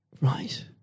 right